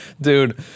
dude